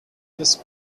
this